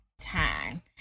time